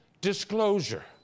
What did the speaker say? disclosure